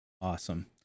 awesome